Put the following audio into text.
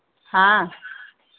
हाँ